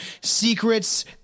Secrets